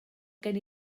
gen